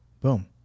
Boom